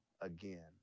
again